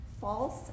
False